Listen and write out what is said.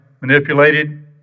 manipulated